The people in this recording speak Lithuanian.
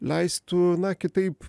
leistų na kitaip